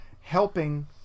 helping